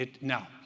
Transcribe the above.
now